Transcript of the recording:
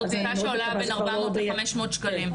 זו בדיקה שעולה בין 400 ל-500 שקלים.